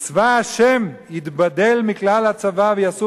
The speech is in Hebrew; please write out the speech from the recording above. כי "צבא השם יתבדל מכלל הצבא ויסור